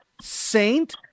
Saint